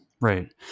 Right